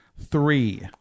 three